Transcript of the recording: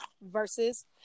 versus